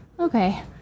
Okay